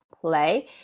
Play